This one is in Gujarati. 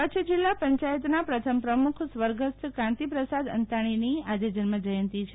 કચ્છ જીલ્લા પંચાયતના પ્રથમ પ્રમુખ સ્વર્ગસ્થ કાંતિપ્રસાદ અંતાણીની આજે જન્મજયંતી છે